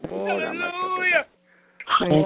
Hallelujah